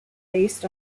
based